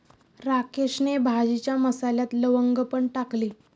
राकेशने भाजीच्या मसाल्यात लवंग पण टाकली